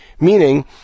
meaning